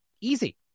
easy